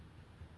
oh